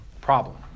problem